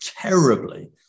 terribly